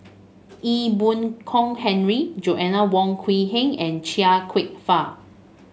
Ee Boon Kong Henry Joanna Wong Quee Heng and Chia Kwek Fah